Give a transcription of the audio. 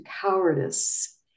cowardice